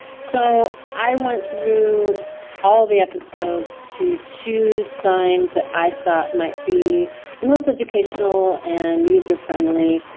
so i went through all the episodes to choose signs that i thought might be the most educational and user-friendly,